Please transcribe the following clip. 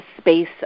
space